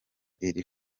iri